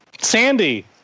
Sandy